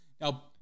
Now